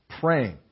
praying